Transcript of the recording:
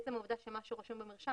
עצם העובדה שמה שרשום במרשם,